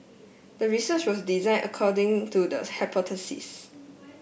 the research was designed according to the hypothesis